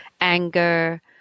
anger